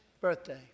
birthday